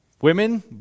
women